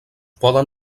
poden